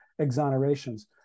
exonerations